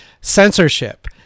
censorship